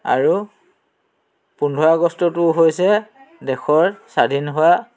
আৰু পোন্ধৰ আগষ্টটোও হৈছে দেশৰ স্বাধীন হোৱা